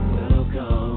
Welcome